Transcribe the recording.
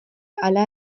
hala